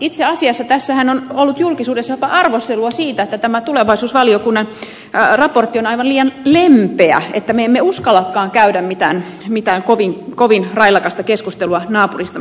itse asiassa tässähän on ollut julkisuudessa jopa arvostelua siitä että tämä tulevaisuusvaliokunnan raportti on aivan liian lempeä että me emme uskallakaan käydä mitään kovin railakasta keskustelua naapuristamme